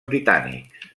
britànics